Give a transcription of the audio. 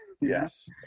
Yes